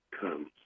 comes